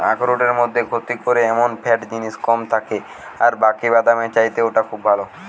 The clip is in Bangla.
আখরোটের মধ্যে ক্ষতি করে এমন ফ্যাট জিনিস কম থাকে আর বাকি বাদামের চাইতে ওটা খুব ভালো